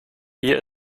hier